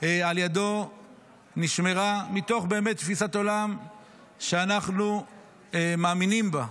על ידו נשמרה באמת מתוך תפיסת עולם שאנחנו מאמינים בה,